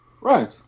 Right